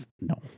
no